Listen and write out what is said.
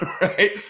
right